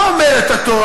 מה אומרת התורה?